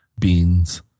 beans